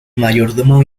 mayordomo